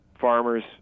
farmers